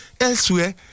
elsewhere